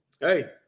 hey